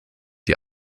die